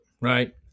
right